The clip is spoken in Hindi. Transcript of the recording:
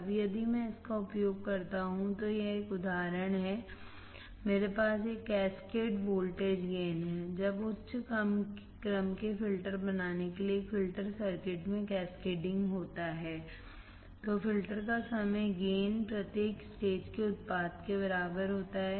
अब यदि मैं इसका उपयोग करता हूं तो यह एक उदाहरण है मेरे पास एक कैस्केड वोल्टेज गेन है जब उच्च क्रम के फिल्टर बनाने के लिए एक फिल्टर सर्किट में कैस्केडिंग होता है तो फ़िल्टर का समग्र गेन प्रत्येक स्टेज के उत्पाद के बराबर होता है